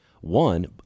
one